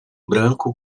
branco